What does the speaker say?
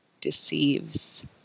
deceives